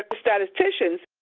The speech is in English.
statisticians,